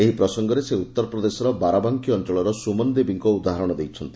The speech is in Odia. ଏହି ପ୍ରସଙ୍ଙରେ ସେ ଉଉରପ୍ରଶେର ବାରାବାଙ୍କୀ ଅଞ୍ଞଳର ସ୍ରମନ ଦେବୀଙ୍କ ଉଦାହରଣ ଦେଇଛନ୍ତି